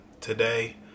Today